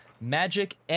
Magic